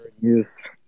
use